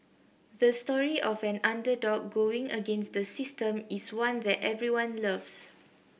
the story of an underdog going against the system is one that everyone loves